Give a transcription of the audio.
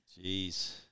Jeez